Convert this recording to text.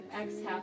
Exhale